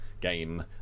game